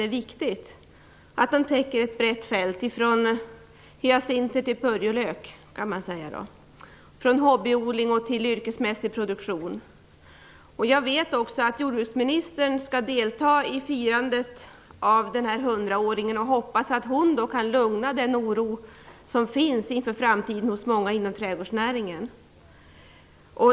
Den är viktig och täcker ett brett fält från hyacinter till purjolök och från hobbyodling till yrkesmässig produktion. Jag vet att jordbruksministern skall delta i firandet av hundraåringen, och jag hoppas att hon kan lugna ner den oro inför framtiden som finns hos många inom trädgårdsnäringen.